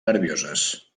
nervioses